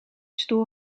stoel